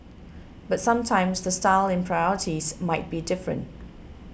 but sometimes the style and priorities might be different